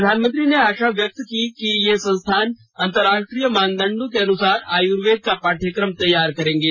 प्रधानमंत्री ने आशा व्यक्त की कि ये संस्थान अंतर्राष्ट्रीय मानदंडों के अनुसार आयुर्वेद का पाठ्यक्रम तैयार करेंगे